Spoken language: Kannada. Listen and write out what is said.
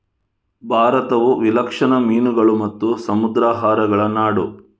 ಭಾರತವು ವಿಲಕ್ಷಣ ಮೀನುಗಳು ಮತ್ತು ಸಮುದ್ರಾಹಾರಗಳ ನಾಡು